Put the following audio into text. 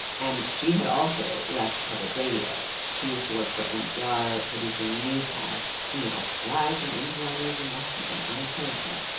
and she had also left public radio she used to work for npr producing the newscast, you know live from npr news in washington, i'm so and so.